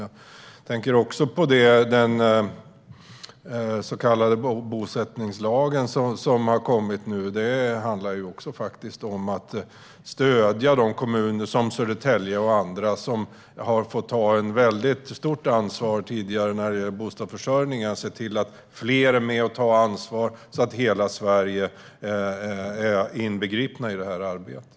Jag tänker också på den så kallade bosättningslagen som har kommit nu och som också handlar om att stödja kommuner som Södertälje och andra som har fått ta ett väldigt stort ansvar tidigare när det gäller bostadsförsörjningen. Nu ser vi till att fler är med och tar ansvar så att hela Sverige är inbegripet i detta arbete.